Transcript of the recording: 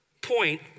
point